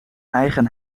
eigen